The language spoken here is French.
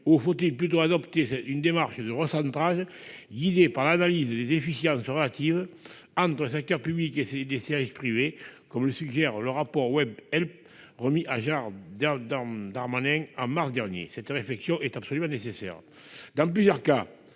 régaliennes ou adopter une démarche de recentrage guidée par l'analyse des efficiences relatives entre le secteur public et des services privés, comme le suggère le rapport Webhelp remis à Gérald Darmanin au mois de mars dernier ? Cette réflexion est absolument nécessaire. Dans plusieurs cas,